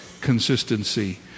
consistency